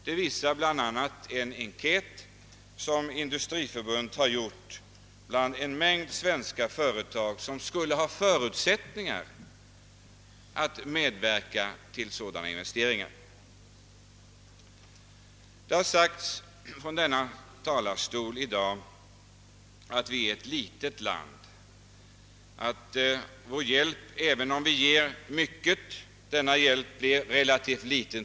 Det visar bl.a. en enkät som Industriförbundet har gjort bland en mängd svenska företag som skulle ha förutsättningar att medverka till sådana investeringar. Det har sagts från denna talarstol i dag att Sverige är ett litet land, att vår hjälp — även om vi ger mycket — blir relativt liten.